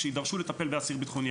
כשיידרשו לטפל עכשיו באסיר בטחוני?